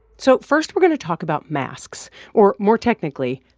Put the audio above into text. so first, we're going to talk about masks or, more technically,